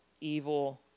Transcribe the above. evil